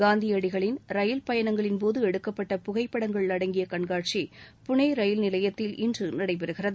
காந்தியடிகளின் ரயில் பயணங்களின்போது எடுக்கப்பட்ட புகைப்படங்கள் அடங்கிய கண்காட்சி புனே ரயில் நிலையத்தில் இன்று நடைபெறுகிறது